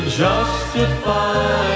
justify